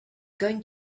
going